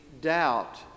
doubt